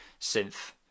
synth